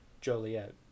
Joliet